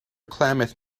klamath